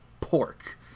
pork